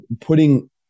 putting